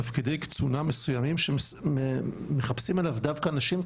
תפקידי קצונה מסוימים שמחפשים אליו דווקא נשים,